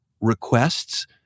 requests